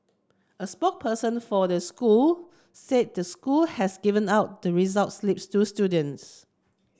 a spokesperson for the school said the school has given out the results slips to students